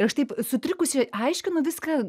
ir aš taip sutrikusi aiškinu viską